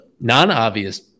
non-obvious